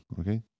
okay